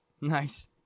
Nice